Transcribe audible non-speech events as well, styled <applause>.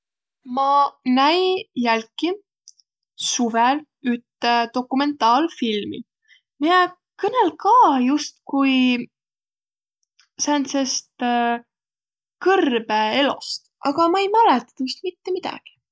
Ma näi jälki suvõl ütte dokumantaalfilmi, miä kõnõl' ka justkui sääntsest <hesitation> kõrbõelost. Aga ma ei mäletä tuust mitte midägi.